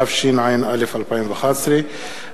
התשע"א 2011,